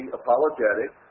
apologetic